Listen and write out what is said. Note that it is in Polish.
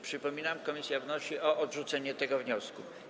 Przypominam, że komisja wnosi o odrzucenie tego wniosku.